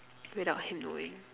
without him knowing